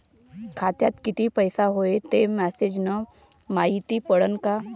खात्यात किती पैसा हाय ते मेसेज न मायती पडन का?